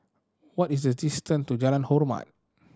what is the distance to Jalan Hormat